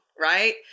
right